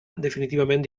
definitivament